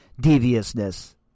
deviousness